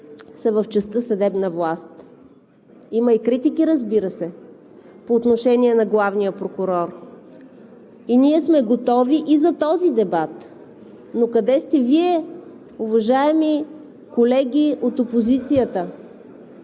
са в частта съдебна власт. Разбира се, има и критики по отношение на главния прокурор и ние сме готови и за този дебат, но къде сте Вие, уважаеми колеги от опозицията?